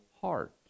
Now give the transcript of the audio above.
heart